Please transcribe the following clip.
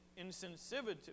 insensitivity